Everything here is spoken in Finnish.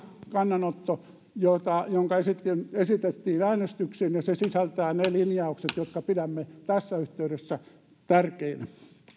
kannanotto jota esitettiin esitettiin äänestykseen ja se sisältää ne linjaukset jotka pidämme tässä yhteydessä tärkeinä